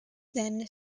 then